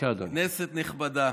כנסת נכבדה,